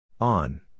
On